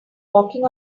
walking